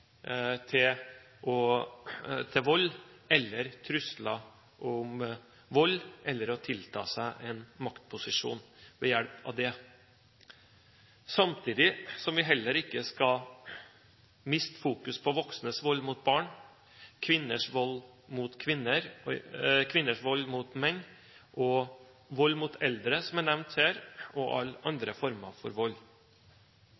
fysisk overtak til vold eller trusler om vold, eller å tilta seg en maktposisjon ved hjelp av det, samtidig som vi heller ikke skal miste fokus på voksnes vold mot barn, kvinners vold mot menn, og vold mot eldre, som er nevnt her, og